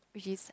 which is